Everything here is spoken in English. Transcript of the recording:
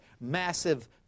massive